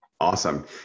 Awesome